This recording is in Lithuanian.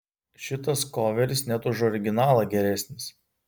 šitas koveris net už originalą geresnis